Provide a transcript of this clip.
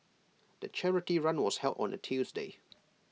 the charity run was held on A Tuesday